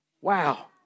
Wow